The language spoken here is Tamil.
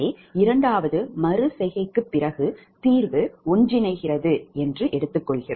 எனவே இரண்டாவது மறு செய்கைக்குப் பிறகு தீர்வு ஒன்றிணைகிறது Pg1258